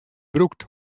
brûkt